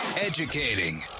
Educating